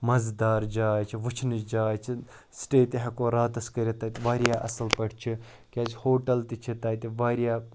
مَزٕدار جاے چھِ وٕچھنٕچ جاے چھِ سٕٹے تہِ ہٮ۪کو راتَس کٔرِتھ تَتہِ واریاہ اَصٕل پٲٹھۍ چھِ کیٛازِ ہوٹَل تہِ چھِ تَتہِ واریاہ